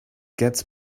gets